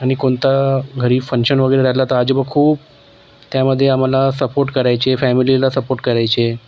आणि कोणता घरी फंक्शन वगैरे राहिला तर आजोबा खूप त्यामध्ये आम्हाला सपोर्ट करायचे फॅमिलीला सपोर्ट करायचे